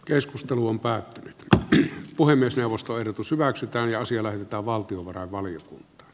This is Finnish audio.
keskustelun pää ja puhemiesneuvosto ehdotus hyväksytään ja siellä että valtiovarainvalion